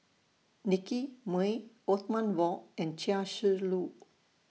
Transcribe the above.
Nicky Moey Othman Wok and Chia Shi Lu